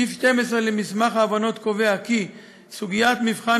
סעיף 12 למסמך ההבנות קובע כי סוגיית מבחן